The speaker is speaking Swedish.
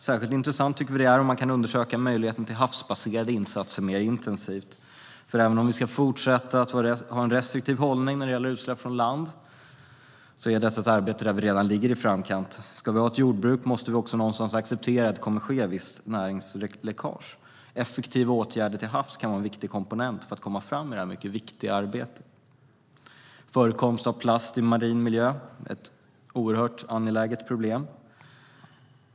Särskilt intressant tycker vi att det är om man kan undersöka möjligheten till havsbaserade insatser mer intensivt, för även om vi ska fortsätta att ha en restriktiv hållning när det gäller utsläpp från land är detta ett arbete där vi redan ligger i framkant. Ska vi ha kvar ett jordbruk måste vi också acceptera att det kommer att ske ett visst näringsläckage. Effektiva åtgärder till havs kan vara en viktig komponent för att komma framåt i det här mycket viktiga arbetet. Förekomsten av plast i marin miljö är ett oerhört angeläget problem.